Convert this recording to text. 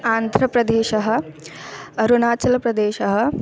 आन्ध्रप्रधेशः अरुणाचलप्रदेशः